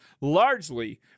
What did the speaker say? largely